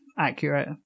accurate